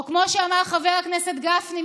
או כמו שאמר חבר הכנסת גפני,